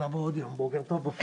בוקר טוב.